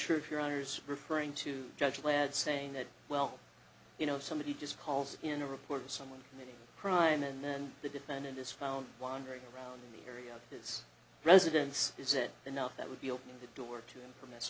sure if your honour's referring to judge led saying that well you know somebody just calls in a report of someone crime and then the defendant is found wandering around the area of his residence is it enough that would be open the door to him or miss